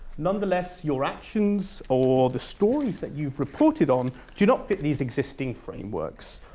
nonetheless, your actions or the stories that you've reported on do not fit these existing frameworks.